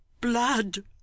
blood